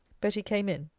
betty came in.